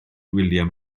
william